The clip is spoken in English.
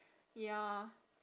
ya